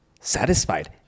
satisfied